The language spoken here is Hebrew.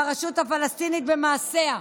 הרשות הפלסטינית במעשיה,